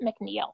McNeil